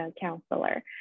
counselor